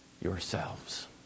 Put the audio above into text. yourselves